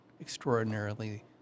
extraordinarily